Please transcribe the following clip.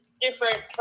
different